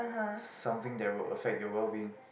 something that will affect your well being